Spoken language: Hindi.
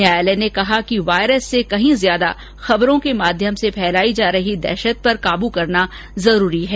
न्यायालय ने कहा कि वायरस से कहीं ज्यादा खबरों के माध्यम से फैलायी जा रही दहशत पर काबू करना जरूरी है